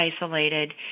isolated